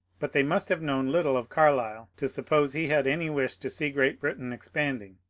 but they must have known little of carlyle to suppose he had any wish to see great britain expanding.